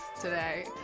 today